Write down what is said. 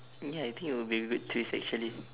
ya I think it will be a good twist actually